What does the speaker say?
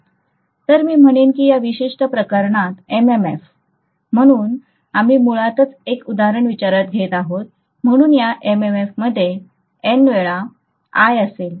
तर मी म्हणेन की या विशिष्ट प्रकरणात MMF म्हणून आम्ही मुळातच एक उदाहरण विचारात घेत आहोत म्हणून या MMF मध्ये N वेळा I असेल